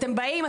אתם באים,